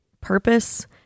purpose